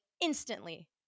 instantly